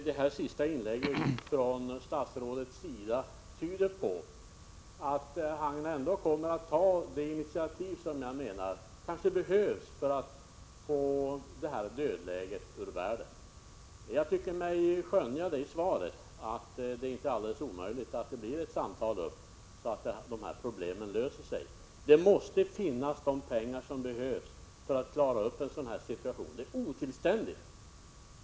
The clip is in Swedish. Herr talman! Statsrådets senaste inlägg tyder på att han ändå kommer att ta de initiativ som behövs för att bryta dödläget. Jag skönjer i svaret att det inte är alldeles omöjligt att det kommer att ske samtal så att dessa problem löses. De pengar som behövs för att klara en sådan här situation måste finnas.